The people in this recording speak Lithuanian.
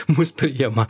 mus priima